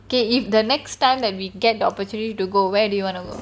K if the next time that we get the opportunity to go where do you want to go